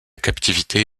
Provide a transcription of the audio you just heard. captivité